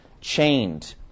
chained